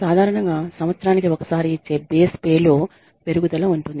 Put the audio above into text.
సాధారణంగా సంవత్సరానికి ఒకసారి ఇచ్చే బేస్ పేలో పెరుగుదల ఉంటుంది